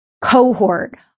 cohort